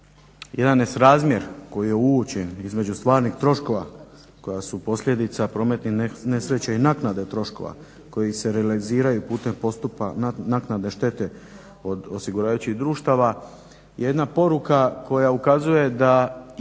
jedan nesrazmjer koji je uočen između stvarnih troškova koji su posljedica prometne nesreće i naknade troškova koji se realiziraju putem postupka naknade štete od osiguravajućih društava, jedna poruka koja ukazuje da